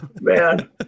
man